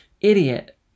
Idiot